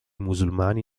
musulmani